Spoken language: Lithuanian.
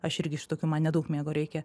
aš irgi iš tokių man nedaug miego reikia